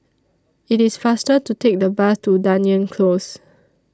IT IS faster to Take The Bus to Dunearn Close